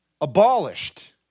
Abolished